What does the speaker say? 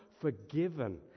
forgiven